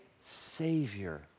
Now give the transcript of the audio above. Savior